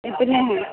इतने है